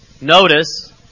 notice